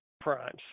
primes